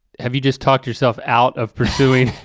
have you just talked yourself out of pursuing,